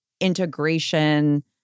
integration